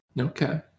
Okay